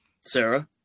Sarah